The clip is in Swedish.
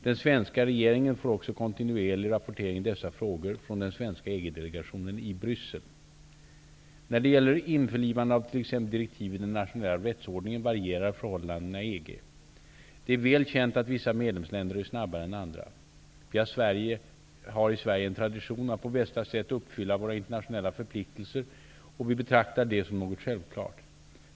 Den svenska regeringen får också kontinuerlig rapportering i dessa frågor från den svenska EG När det gäller införlivande av t.ex. direktiv i den nationella rättsordningen varierar förhållandena i EG. Det är väl känt att vissa medlemsländer är snabbare än andra. Vi i Sverige har en tradition att på bästa sätt uppfylla våra internationella förpliktelser, och vi betraktar det som något självklart.